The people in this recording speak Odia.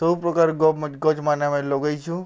ସବୁ ପ୍ରକାର ଗଛ୍ମାନେ ଆମେ ଲଗେଇଛୁଁ